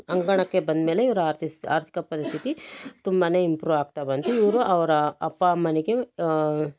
ಅಂಗಣಕ್ಕೆ ಬಂದ್ಮೇಲೆ ಇವರ ಆರ್ತಿಸ್ ಆರ್ಥಿಕ ಪರಿಸ್ಥಿತಿ ತುಂಬನೇ ಇಂಪ್ರೂವ್ ಆಗ್ತಾ ಬಂತು ಇವರು ಅವರ ಅಪ್ಪ ಅಮ್ಮನಿಗೆ